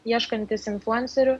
ieškantys influencerių